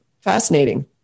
fascinating